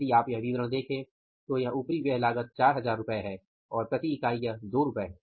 यदि आप यह विवरण देखें तो यह उपरिव्यय लागत 4000 रु है और प्रति इकाई यह 2 रु है